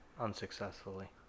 Unsuccessfully